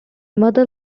mother